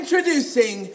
Introducing